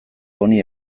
honi